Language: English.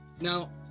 Now